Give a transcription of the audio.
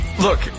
Look